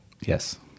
Yes